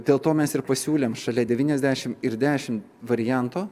dėl to mes ir pasiūlėm šalia devyniasdešim ir dešim varianto